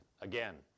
again